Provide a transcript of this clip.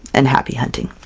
and happy hunting!